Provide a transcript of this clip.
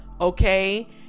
okay